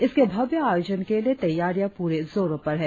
इसके भव्य आयोजन के लिए तैयारियां पूरे जोरों पर हैं